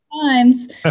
Times